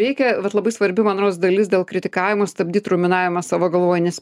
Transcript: reikia vat labai svarbi man rods dalis dėl kritikavimo stabdyt ruminavimą savo galvoj nes